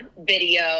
video